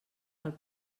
pel